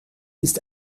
ist